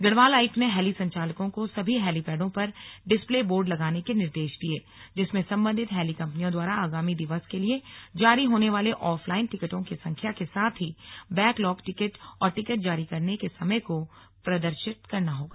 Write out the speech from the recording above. गढ़वाल आयुक्त ने हैली संचालकों को सभी हैलीपैडों पर डिस्पले बोर्ड लगाने के निर्देश दिए जिसमें सम्बन्धित हैली कम्पनियों द्वारा आगामी दिवस के लिए जारी होने वाले ऑफलाइन टिकटों की संख्या के साथ ही बैकलॉग टिकट और टिकट जारी करने के समय को प्रदर्शित करना होगा